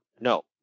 no